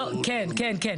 כן כן,